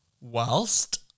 Whilst